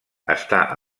està